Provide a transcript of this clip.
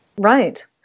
Right